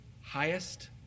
highest